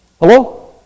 Hello